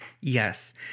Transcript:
yes